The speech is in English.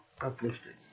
uplifting